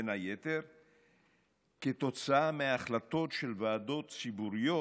בין היתר כתוצאה מהחלטות של ועדות ציבוריות,